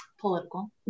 political